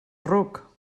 ruc